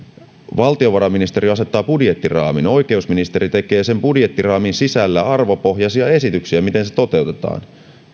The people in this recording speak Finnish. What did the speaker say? valtiovarainministeriö asettaa budjettiraamin oikeusministeri tekee budjettiraamin sisällä arvopohjaisia esityksiä miten se toteutetaan